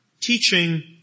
teaching